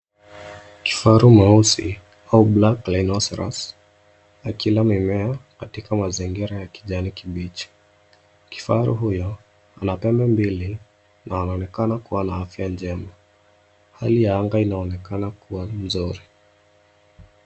Kifaru mweusi au Black rhinoceros akila mimea katika mazingira ya kijani kibichi. Kifaru huyo ana pembe mbili na anaonekana kuwa na afya njema. Hali ya anga inaonekana kuwa nzuri.